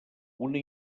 una